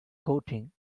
coating